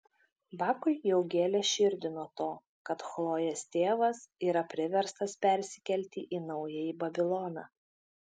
bakui jau gėlė širdį nuo to kad chlojės tėvas yra priverstas persikelti į naująjį babiloną